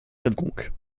quelconque